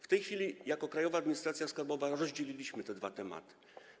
W tej chwili jako Krajowa Administracja Skarbowa rozdzieliliśmy te dwa tematy.